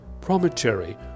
promontory